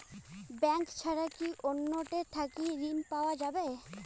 Bank ছাড়া কি অন্য টে থাকি ঋণ পাওয়া যাবে?